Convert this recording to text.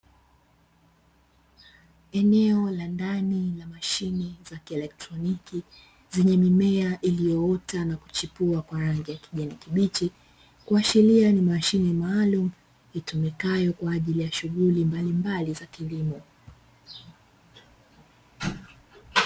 Eneo la ndani la mashine za kielektroniki, zenye mimea iliyoota na kuchipua kwa rangi ya kijani kibichi, kuashiria ni mashine maalumu itumikazo kwa ajili ya shughuli mbalimbali za kilimo.